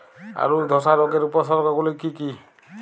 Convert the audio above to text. আলুর ধসা রোগের উপসর্গগুলি কি কি?